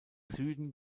süden